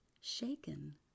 shaken